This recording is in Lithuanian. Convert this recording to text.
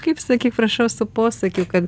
kaip sakyk prašau su posakiu kad